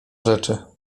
rzeczy